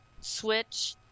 switch